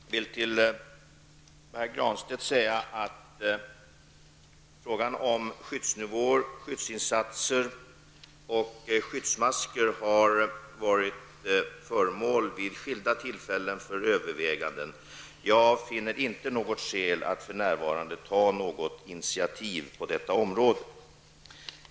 Herr talman! Till Pär Granstedt vill jag säga att frågan om skyddsnivåer, skyddsinsatser och skyddsmasker vid skilda tillfällen har varit föremål för överväganden. Jag finner inte något skäl att för närvarande ta något initiativ på detta område.